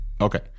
Okay